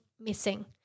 missing